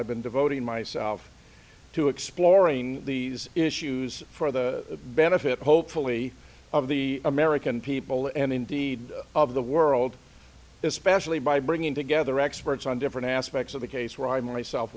i've been devoting myself to exploring these issues for the benefit hopefully of the american people and indeed of the world especially by bringing together experts on different aspects of the case where i myself